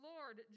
Lord